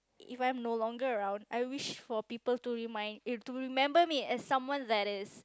if I'm no longer around I wish for people to remind it to remember me as someone that is